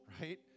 right